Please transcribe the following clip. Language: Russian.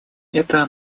эта